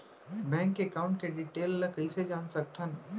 Bank account के detail ल कइसे जान सकथन?